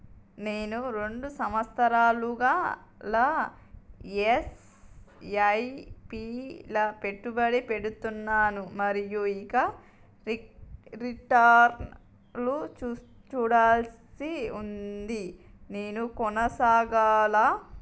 నేను రెండు సంవత్సరాలుగా ల ఎస్.ఐ.పి లా పెట్టుబడి పెడుతున్నాను మరియు ఇంకా రిటర్న్ లు చూడాల్సి ఉంది నేను కొనసాగాలా?